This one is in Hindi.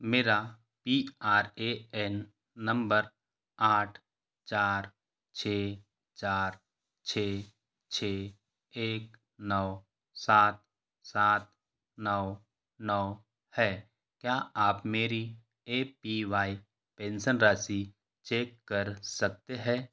मेरा P R A N number आठ चार छः चार छः छः एक नौ सात सात नौ नौ है क्या आप मेरी ए पी वाई पेन्शन राशि चेक कर सकते हैं